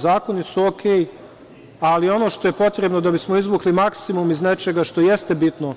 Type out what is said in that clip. Zakoni su okej, ali ono što je potrebno da bismo izvukli maksimum iz nečega što jeste bitno